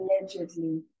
Allegedly